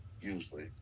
usually